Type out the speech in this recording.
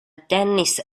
tennis